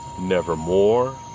Nevermore